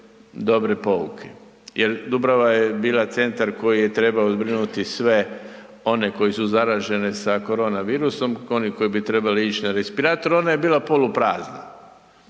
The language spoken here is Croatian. dobre pouke jer Dubrava je bila centar koji je trebao zbrinuti sve one koje su zaražene sa koronavirusom, oni koji bi trebali ići na respirator, ona je bila poluprazna.